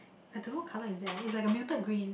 I don't know what colour is that ah it's like a muted green